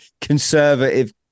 conservative